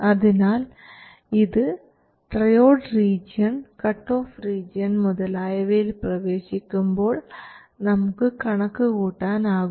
അതിനാൽ ഇത് triode region cut off region മുതലായവയിൽ പ്രവേശിക്കുമ്പോൾ നമുക്ക് കണക്കുകൂട്ടാൻ ആകും